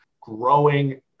growing